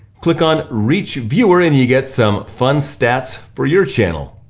click on reach viewer and you get some fun stats for your channel.